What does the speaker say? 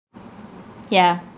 yeah